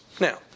Now